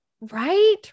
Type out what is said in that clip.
Right